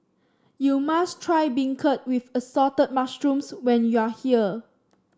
you must try beancurd with Assorted Mushrooms when you are here